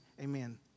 amen